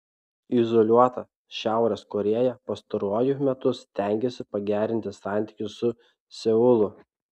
izoliuota šiaurės korėja pastaruoju metu stengiasi pagerinti santykius su seulu